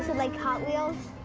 like hotwheels.